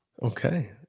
Okay